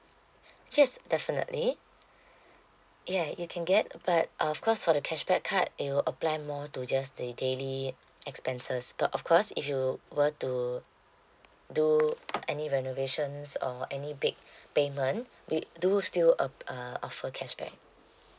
yes definitely yeah you can get but of course for the cashback card you apply more to just the daily expenses but of course if you were to do any renovations or any big payment we do still uh offer cashback